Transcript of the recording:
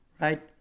Right